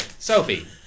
Sophie